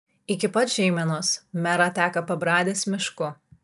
iki pat žeimenos mera teka pabradės mišku